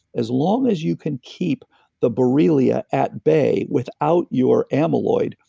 as long as you can keep the borrelia at bay without your amyloid,